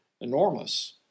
enormous